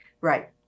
Right